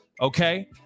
okay